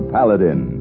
Paladin